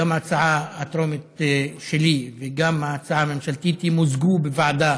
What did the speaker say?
גם ההצעה הטרומית שלי וגם ההצעה הממשלתית שלי ימוזגו בוועדת